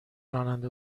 راننده